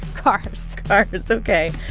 cars yeah cars, ok.